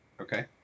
okay